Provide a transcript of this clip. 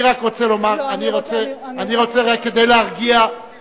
אני עוד מעט